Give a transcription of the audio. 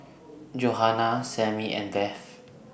Johana Sammy and Beth